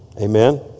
Amen